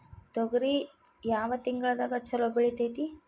ತೊಗರಿ ಯಾವ ತಿಂಗಳದಾಗ ಛಲೋ ಬೆಳಿತೈತಿ?